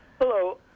Hello